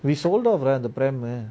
we sold off right the pram